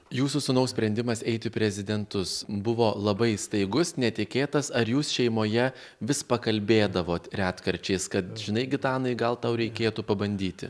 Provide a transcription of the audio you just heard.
jūsų sūnaus sprendimas eit į prezidentus buvo labai staigus netikėtas ar jūs šeimoje vis pakalbėdavot retkarčiais kad žinai gitanai gal tau reikėtų pabandyti